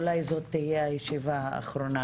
אולי זאת תהיה הישיבה האחרונה.